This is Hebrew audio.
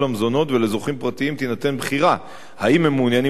המזונות ולזוכים פרטיים תינתן בחירה אם הם מעוניינים